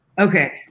Okay